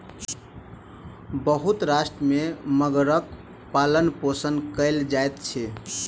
बहुत राष्ट्र में मगरक पालनपोषण कयल जाइत अछि